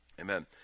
amen